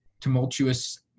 tumultuous